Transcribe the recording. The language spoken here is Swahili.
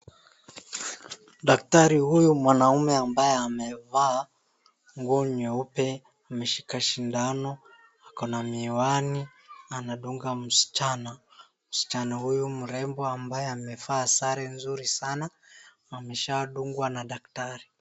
Daktari huyu mwanaume ambaye amevaa nguo nyeupe ameshika shindano, ako na miwani na anadunga msichana. Msichana huyu mrembo ambaye amevaa sare nzuri sana ameshadungwa na daktari.